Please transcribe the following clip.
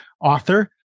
author